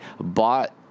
bought